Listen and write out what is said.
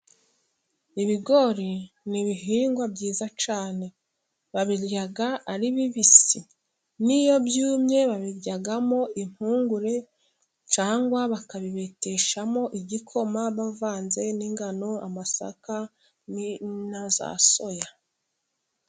Ibigori n'ibihingwa byiza cyane babirya ari bibisi, n'iyo byumye babiryamo impungure, cyangwa bakabibetishamo igikoma bavanze n'ingano amasaka naza soya.